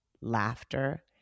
laughter